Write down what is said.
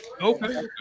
Okay